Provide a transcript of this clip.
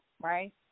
right